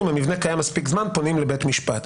אם המבנה קיים מספיק זמן פונים לבית משפט.